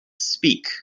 speak